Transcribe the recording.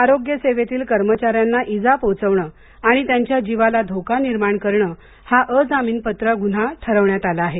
आरोग्य सेवेतील कर्मचाऱ्यांना इजा पोहचवणं आणि त्यांच्या जीवाला धिका निर्माण करणं हा अजामीनपात्र गुन्हा ठरवण्यात आला आहे